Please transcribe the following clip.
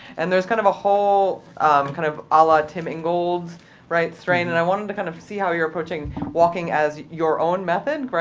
and there's kind of a whole um kind of a la tim ingold strain. and i wanted to kind of see how you're approaching walking as your own method,